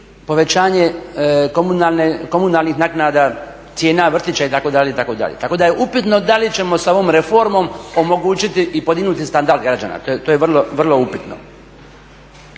povećanje komunalnih naknada, cijena vrtića itd. itd. Tako da je upitno da li ćemo sa ovom reformom omogućiti i podignuti standard građana, to je vrlo upitno.